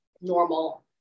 normal